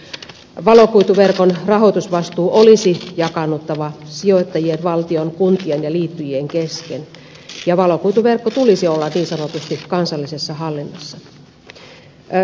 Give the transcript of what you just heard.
valokuituverkon rahoitusvastuun olisi jakaannuttava sijoittajien valtion kuntien ja liittojen kesken ja valokuituverkon tulisi olla niin sanotusti kansallisessa hallinnassa